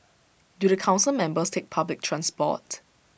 do the Council members take public transport